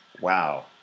Wow